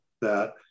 that-